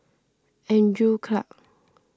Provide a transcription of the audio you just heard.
Andrew Clarke